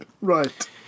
Right